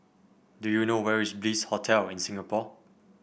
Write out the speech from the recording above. do you know where is Bliss Hotel in Singapore